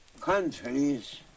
countries